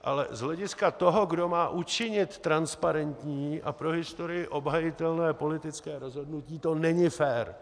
Ale z hlediska toho, kdo má učinit transparentní a pro historii obhajitelné politické rozhodnutí, to není fér.